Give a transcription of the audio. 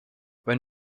when